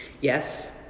Yes